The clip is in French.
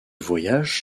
voyages